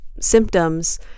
symptoms